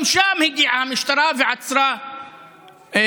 גם לשם הגיעה המשטרה ועצרה בכירים,